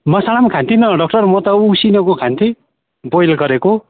म सामु खान्थिनँ डाक्टर म त उसिनेको खान्थेँ बोइल गरेको